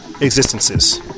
Existences